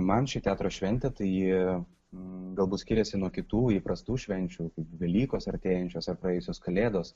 man ši teatro šventė tai galbūt skiriasi nuo kitų įprastų švenčių velykos artėjančios ar praėjusios kalėdos